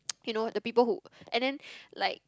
you know the people who and then like